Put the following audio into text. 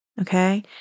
Okay